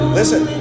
listen